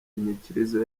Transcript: inyikirizo